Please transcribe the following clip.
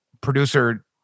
producer